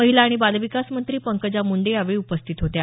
महिला आणि बालविकास मंत्री पंकजा मुंडे यावेळी उपस्थित होत्या